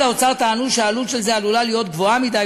האוצר טענו שהעלות של זה עלולה להיות גבוהה מדי,